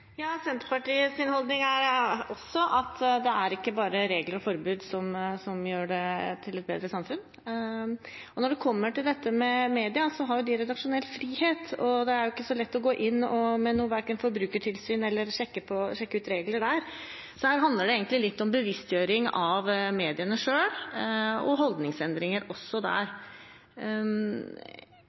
holdning er også at det ikke bare er regler og forbud som gjør et samfunn bedre. Når det gjelder media, har de redaksjonell frihet, og det er ikke så lett verken å bruke Forbrukertilsynet eller å sjekke ut regler der. Det handler litt om bevisstgjøring av media selv og holdningsendringer også der.